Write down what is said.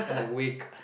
not that weak